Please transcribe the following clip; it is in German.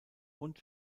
und